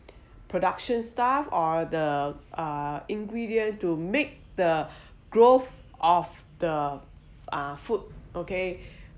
production stuff or the uh ingredients to make the growth of the uh food okay